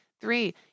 Three